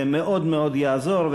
זה מאוד מאוד יעזור.